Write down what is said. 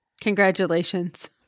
Congratulations